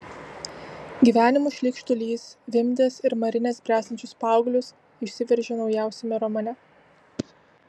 gyvenimo šleikštulys vimdęs ir marinęs bręstančius paauglius išsiveržė naujausiame romane